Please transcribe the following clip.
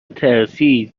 ترسید